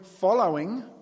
following